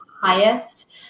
highest